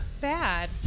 bad